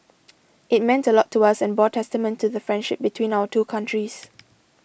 it meant a lot to us and bore testament to the friendship between our two countries